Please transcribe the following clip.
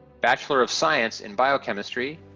bachelor of science in biochemistry,